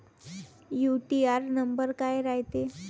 UTR number काय रायते?